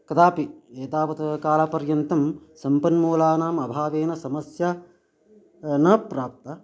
कदापि एतावत् कालपर्यन्तं सम्पन्मूलानाम् अभावेन समस्या न प्राप्ता